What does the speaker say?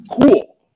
cool